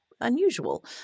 unusual